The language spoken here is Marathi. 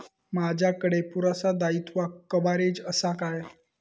माजाकडे पुरासा दाईत्वा कव्हारेज असा काय?